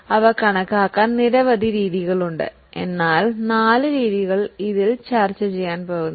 ഇപ്പോൾ അവ കണക്കാക്കാൻ നിരവധി രീതികളുണ്ട് എന്നാൽ നാല് രീതികൾ ഇതിൽ ചർച്ചചെയ്യാൻ പോകുന്നു